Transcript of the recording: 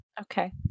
Okay